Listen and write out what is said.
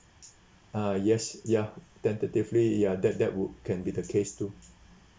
uh yes ya tentatively ya that that would can be the case to